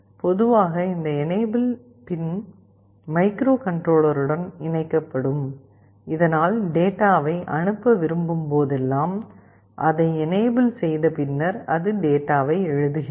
பொதுவாக இந்த enable pin மைக்ரோகண்ட்ரோலருடன் இணைக்கப்படும் இதனால் டேட்டாவை அனுப்ப விரும்பும் போதெல்லாம் அதை எனேபிள் செய்த பின்னர் அது டேட்டாவை எழுதுகிறது